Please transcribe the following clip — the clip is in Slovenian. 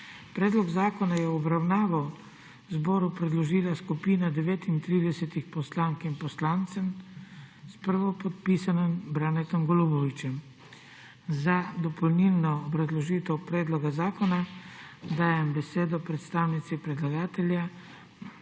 Predlog zakona je v obravnavo zboru predložila skupina 39 poslank in poslancev, s prvopodpisanim Branetom Golubovićem. Za dopolnilno obrazložitev predloga zakona dajem besedo predstavnici predlagatelja,